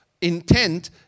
intent